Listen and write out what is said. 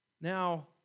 Now